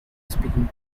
speaking